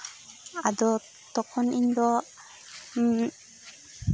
ᱟᱫᱚ ᱛᱚᱠᱷᱚᱱ ᱤᱧ ᱫᱚ